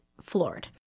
floored